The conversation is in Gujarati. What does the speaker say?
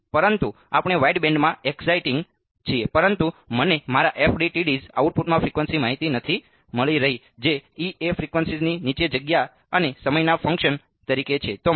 ના પરંતુ આપણે વાઈડબેન્ડમાં એક્સાઈટીંગ છીએ પરંતુ મને મારા FDTSs આઉટપુટમાં ફ્રીક્વન્સી માહિતી નથી મળી રહી જે E એ ફ્રીક્વન્સીની નીચે જગ્યા અને સમયના ફંક્શન તરીકે છે